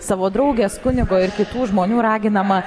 savo draugės kunigo ir kitų žmonių raginama